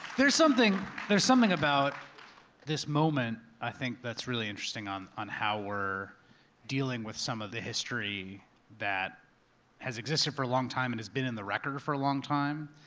there's something there's something about this moment, i think, that's really interesting on on how we're dealing with some of the history that has existed for a long time and has been in the record for a long time.